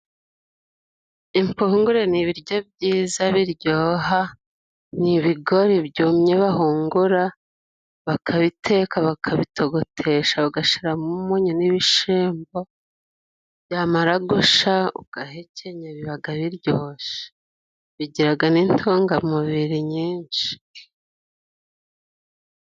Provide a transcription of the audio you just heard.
Impungungore ni ibiryo byiza, biryoha, ni ibigori byumye bahungura, bakabiteka, bakabitogotesha, bagashiramo umunyu n’ibishimbo. Byamara gusha, ugahekenya, bibaga biryoshe, bigiraga n’intungamubiri nyinshi.